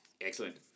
Excellent